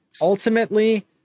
Ultimately